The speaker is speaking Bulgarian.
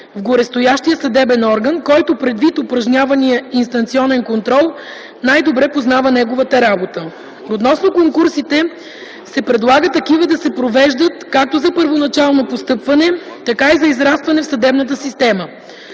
в горестоящия съдебен орган, който предвид упражнявания инстанционен контрол най-добре познава неговата работа. Относно конкурсите се предлага такива да се провеждат както за първоначално постъпване, така и за израстване в съдебната система.